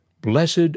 Blessed